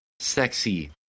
Sexy